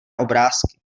obrázky